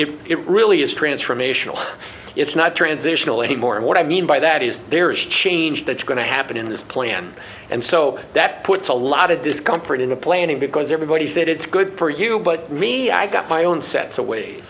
it really is transformational it's not transitional anymore and what i mean by that is there is change that's going to happen in this plan and so that puts a lot of discomfort in the planning because everybody said it's good for you but me i got my own sets